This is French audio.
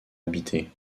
habité